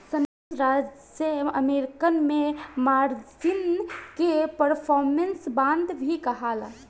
संयुक्त राज्य अमेरिका में मार्जिन के परफॉर्मेंस बांड भी कहाला